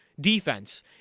defense